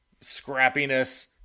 scrappiness